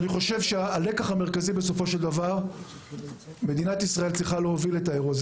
אני חושב שהלקח המרכזי הוא שמדינת ישראל צריכה להוביל את האירוע הזה.